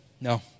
no